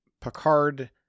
Picard